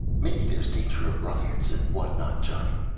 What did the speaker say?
maybe there's danger of riots and what-not, johnny.